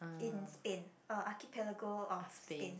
in Spain uh Archipelago of Spain